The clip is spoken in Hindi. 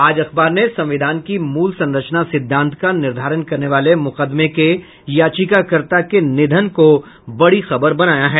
आज अखबार ने संविधान की मूल संरचना सिद्धांत का निर्धारण करने वाले मुकदमे के याचिकाकर्ता के निधन को बड़ी खबर बनाया है